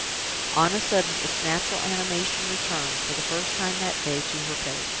on a sudden, its natural animation returned, for the first time that day, to her face.